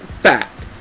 fact